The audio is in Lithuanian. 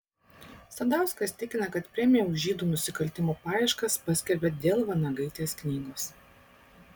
sadauskas tikina kad premiją už žydų nusikaltimų paieškas paskelbė dėl vanagaitės knygos